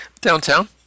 Downtown